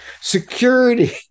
security